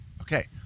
okay